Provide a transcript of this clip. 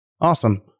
Awesome